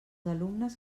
alumnes